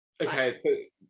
Okay